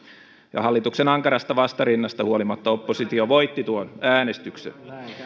ja hallituksen ankarasta vastarinnasta huolimatta oppositio voitti tuon äänestyksen